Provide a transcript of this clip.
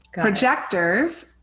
Projectors